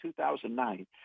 2009